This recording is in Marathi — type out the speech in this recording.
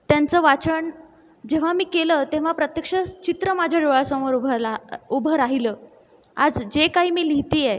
त्यांचं वाचन जेव्हा मी केलं तेव्हा प्रत्यक्ष चित्र माझ्या डोळ्यासमोर उभरल उभं राहिलं आज जे काही मी लिहीते आहे